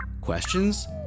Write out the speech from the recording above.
Questions